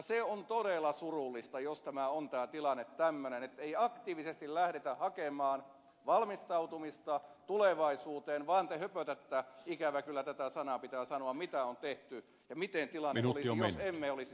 se on todella surullista jos tämä tilanne on tämmöinen että ei aktiivisesti lähdetä hakemaan valmistautumista tulevaisuuteen vaan te höpötätte ikävä kyllä tämä sana pitää sanoa siitä mitä on tehty ja miten tilanne olisi jos emme olisi tehneet